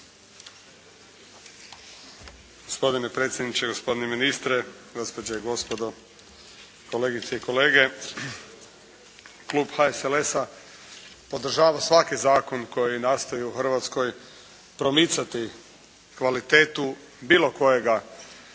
Hrvatskoj promicati kvalitetu bilo kojega